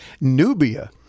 Nubia